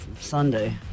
Sunday